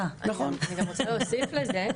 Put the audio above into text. אני גם רוצה להוסיף לזה.